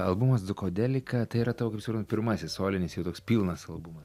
albumas dzūkodelika tai yra tavo kaip supran pirmasis solinis jau toks pilnas albumas jo